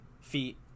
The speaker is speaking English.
feet